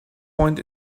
point